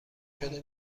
شده